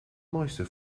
mooiste